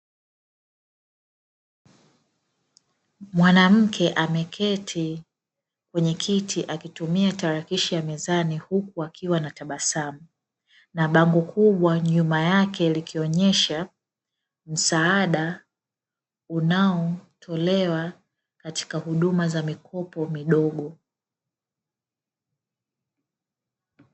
Mwanamke ameketi kwenye kiti akitumia tarakishi ya mezani huku akiwa anatabasamu. Na bango kubwa nyuma yake, huku likionyesha msaada unaotolewa katika huduma za mikopo midogo.